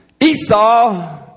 Esau